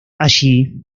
allí